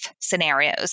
scenarios